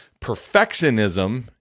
Perfectionism